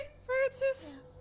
Francis